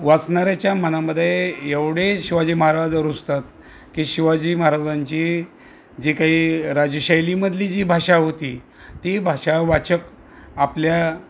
वाचणाऱ्याच्या मनामध्ये एवढे शिवाजी महाराज रूजतात की शिवाजी महाराजांची जी काही राजशैलीमधली जी भाषा होती ती भाषा वाचक आपल्या